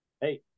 Hey